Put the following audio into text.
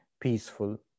peaceful